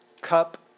cup